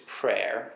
prayer